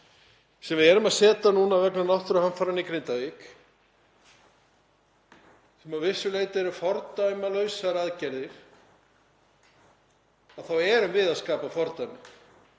sem við erum að semja núna vegna náttúruhamfaranna í Grindavík, sem að vissu leyti eru fordæmalausar aðgerðir, að við erum að skapa fordæmi.